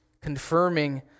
confirming